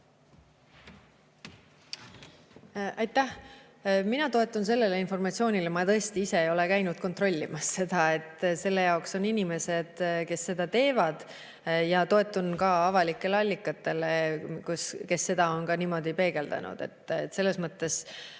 Aitäh! Mina toetun sellele informatsioonile, [mis mul on.] Ma tõesti ise ei ole käinud seda kontrollimas, selle jaoks on inimesed, kes seda teevad. Toetun ka avalikele allikatele, kus seda on ka niimoodi peegeldatud. Selles mõttes